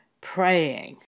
praying